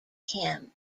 him